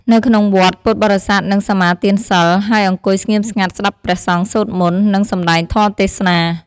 នៅក្នុងវត្ត ពុទ្ធបរិស័ទនឹងសមាទានសីល ហើយអង្គុយស្ងៀមស្ងាត់ស្ដាប់ព្រះសង្ឃសូត្រមន្ត និងសម្ដែងធម៌ទេសនា។